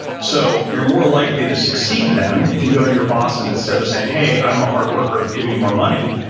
so, you're more likely to succeed then if you go to your boss and instead of saying, hey, i'm a hard worker, give me more money,